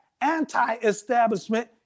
anti-establishment